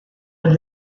gli